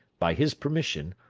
by his permission,